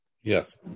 Yes